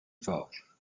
forges